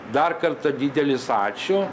dar kartą didelis ačiū